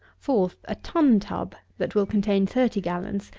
fourth, a tun-tub, that will contain thirty gallons,